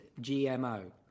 GMO